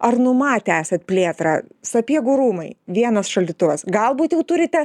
ar numatę esat plėtrą sapiegų rūmai vienas šaldytuvas galbūt jau turite